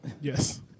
Yes